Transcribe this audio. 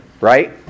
right